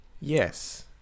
yes